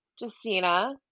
Justina